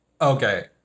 Okay